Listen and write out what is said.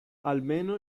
almeno